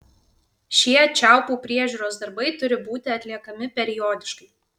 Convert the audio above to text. šie čiaupų priežiūros darbai turi būti atliekami periodiškai